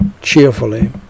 cheerfully